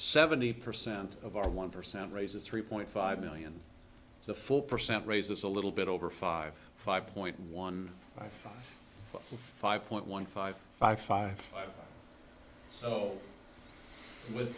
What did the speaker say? seventy percent of our one percent raises three point five million the full percent raises a little bit over five five point one five point one five five five zero with